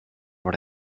what